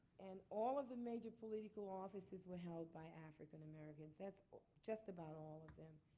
and all of the major political offices were held by african-americans. that's just about all of them.